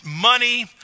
money